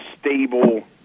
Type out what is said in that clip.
stable